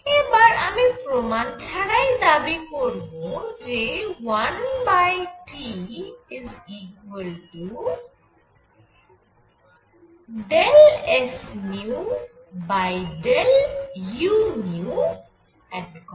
এবার আমি প্রমাণ ছাড়াই দাবি করব যে 1T∂sν∂uνV